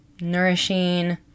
nourishing